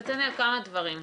נתנאל, כמה דברים.